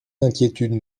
d’inquiétude